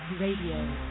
Radio